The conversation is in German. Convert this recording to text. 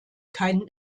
keinen